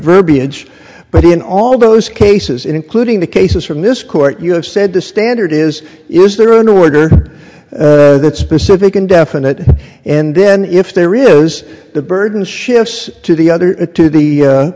verbiage but in all those cases including the cases from this court you have said the standard is is there an order that specific indefinite and then if there is the burden shifts to the other it to the